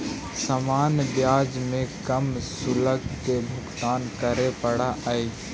सामान्य ब्याज में कम शुल्क के भुगतान करे पड़ऽ हई